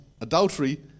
adultery